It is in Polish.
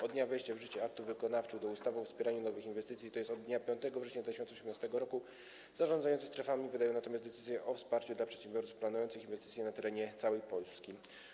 Od dnia wejścia w życie aktów wykonawczych do ustawy o wspieraniu nowych inwestycji, tj. od dnia 5 września 2018 r., zarządzający strefami wydaje natomiast decyzje o wsparciu dla przedsiębiorstw planujących inwestycje na terenie całej Polski.